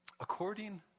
According